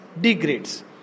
Degrades